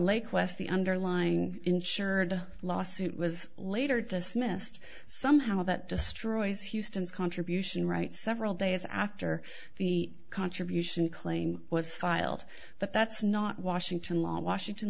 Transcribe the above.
lake west the underlying insured lawsuit was later dismissed somehow that destroys houston's contribution right several days after the contribution claim was filed but that's not washington law washington